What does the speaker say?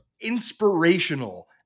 inspirational